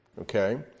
Okay